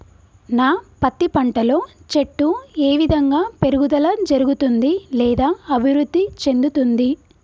నా పత్తి పంట లో చెట్టు ఏ విధంగా పెరుగుదల జరుగుతుంది లేదా అభివృద్ధి చెందుతుంది?